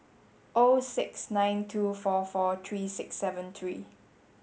O six nine two four four three six seven three